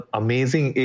amazing